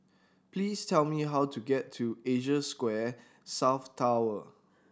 please tell me how to get to Asia Square South Tower